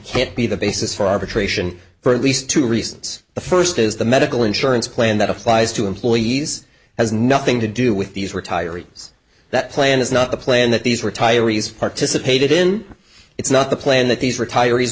can't be the basis for arbitration for at least two reasons the first is the medical insurance plan that applies to employees has nothing to do with these retirees that plan is not the plan that these retirees participated in it's not the plan that these retirees